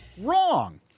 wrong